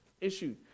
issue